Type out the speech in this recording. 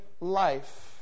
life